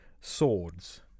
swords